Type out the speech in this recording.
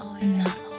enough